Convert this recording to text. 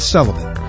Sullivan